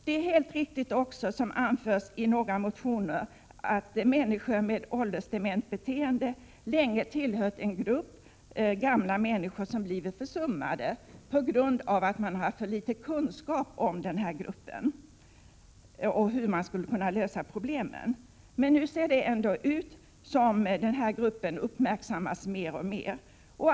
Det är helt riktigt, som också anförs i några motioner, att människor med åldersdement beteende länge har tillhört en grupp gamla människor som blivit försummad på grund av att kunskaper saknats om gruppen och om hur dess problem skulle kunna lösas. Men nu förefaller det ändå som om den här gruppen äldre uppmärksammas mer och mer.